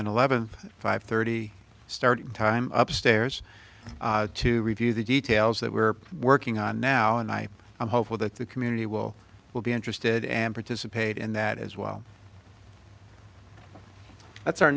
and eleventh five thirty start time upstairs to review the details that we're working on now and i am hopeful that the community will will be interested and participate in that as well that's our